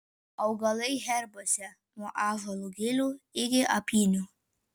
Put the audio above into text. augalai herbuose nuo ąžuolo gilių iki apynių